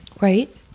right